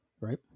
Right